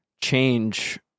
change